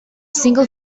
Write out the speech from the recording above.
single